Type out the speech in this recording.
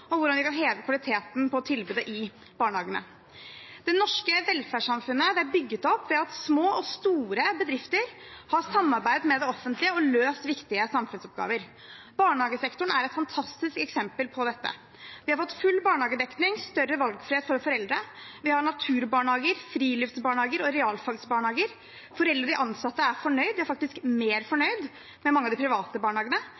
og hvordan vi kan heve kvaliteten på tilbudet i barnehagene. Det norske velferdssamfunnet er bygget opp ved at små og store bedrifter har samarbeidet med det offentlige og løst viktige samfunnsoppgaver. Barnehagesektoren er et fantastisk eksempel på dette. Vi har fått full barnehagedekning og større valgfrihet for foreldre. Vi har naturbarnehager, friluftsbarnehager og realfagsbarnehager. Foreldre og ansatte er fornøyd – de er faktisk mer fornøyd med mange av de private barnehagene.